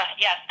Yes